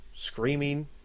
screaming